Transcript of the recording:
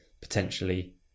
potentially